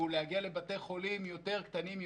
הוא להגיע לבתי חולים יותר קטנים,